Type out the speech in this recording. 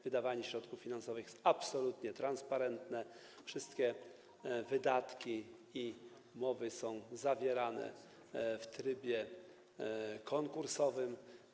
Wydawanie środków finansowych jest absolutnie transparentne - wszystkie wydatki - umowy są zawierane w trybie konkursowym.